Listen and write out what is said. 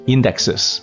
Indexes